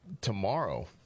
tomorrow